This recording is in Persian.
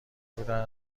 بودن